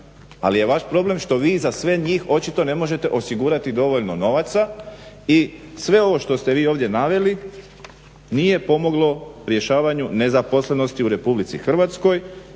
Ali je vaš problem što vi za sve njih očito ne možete osigurati dovoljno novaca i sve ovo što ste vi ovdje naveli nije pomoglo rješavanju nezaposlenosti u RH jer ste